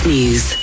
News